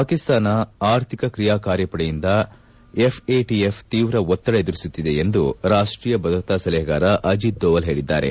ಪಾಕಿಸ್ತಾನ ಆರ್ಥಿಕಾ ಕ್ರಿಯಾ ಕಾರ್ಪಡೆಯಿಂದ ಎಫ್ಎಟಿಎಫ್ ಶೀವ್ರ ಒತ್ತಡ ಎದುರಿಸುತ್ತಿದೆ ಎಂದು ರಾಷ್ಟೀಯ ಭದ್ರತಾ ಸಲಹೆಗಾರ ಅಜಿತ್ ಧೋವಲ್ ಹೇಳಿದ್ದಾರೆ